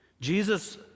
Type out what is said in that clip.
Jesus